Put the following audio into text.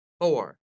four